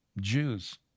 Jews